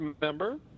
member